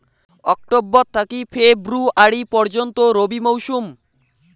October থাকি February পর্যন্ত রবি মৌসুম